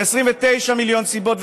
ו-29 מיליון סיבות,